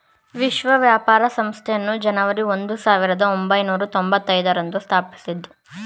ವಿಶ್ವ ವ್ಯಾಪಾರ ಸಂಸ್ಥೆಯನ್ನು ಜನವರಿ ಒಂದು ಸಾವಿರದ ಒಂಬೈನೂರ ತೊಂಭತ್ತೈದು ರಂದು ಸ್ಥಾಪಿಸಿದ್ದ್ರು